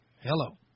Hello